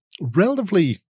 relatively